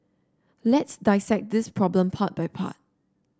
let's dissect this problem part by part